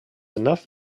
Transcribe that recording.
enough